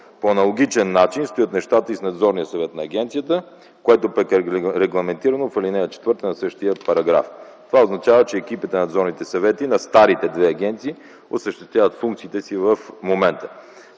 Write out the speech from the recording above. По аналогичен начин стоят нещата и с Надзорния съвет на агенцията, което пък е регламентирано в ал. 4 на същия параграф. Това означава, че екипите на надзорните съвети на старите две агенции осъществяват функциите си в момента.